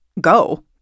go